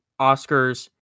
Oscars